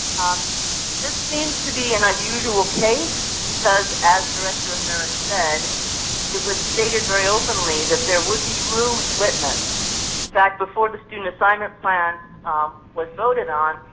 this seems to be an unusual case because as director harris said that was stated very openly that there would be room at and whitman back before the student assignment plan ah was voted on,